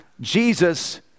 Jesus